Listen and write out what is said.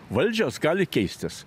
valdžios gali keistis